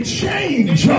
change